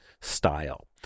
style